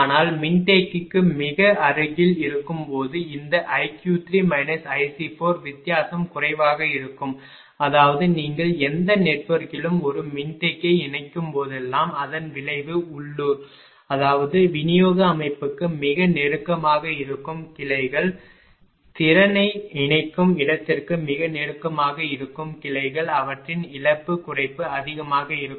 ஆனால் மின்தேக்கிக்கு மிக அருகில் இருக்கும் போது இந்த iq3 iC4 வித்தியாசம் குறைவாக இருக்கும் அதாவது நீங்கள் எந்த நெட்வொர்க்கிலும் ஒரு மின்தேக்கியை இணைக்கும்போதெல்லாம் அதன் விளைவு உள்ளூர் அதாவது விநியோக அமைப்புக்கு மிக நெருக்கமாக இருக்கும் கிளைகள் திறனை இணைக்கும் இடத்திற்கு மிக நெருக்கமாக இருக்கும் கிளைகள் அவற்றின் இழப்பு குறைப்பு அதிகமாக இருக்கும்